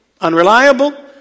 unreliable